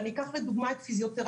אני אקח לדוגמה את פיזיותרפיה